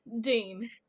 Dean